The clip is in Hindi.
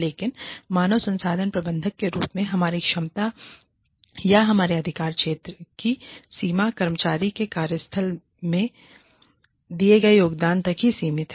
लेकिन मानव संसाधन प्रबंधक के रूप में हमारी क्षमता या हमारे अधिकार क्षेत्र की सीमा कर्मचारी के कार्यस्थल मैं दिए गए योगदान तक ही सीमित है